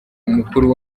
umukuru